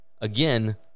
again